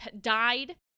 died